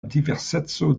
diverseco